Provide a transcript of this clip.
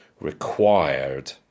required